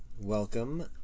Welcome